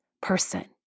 person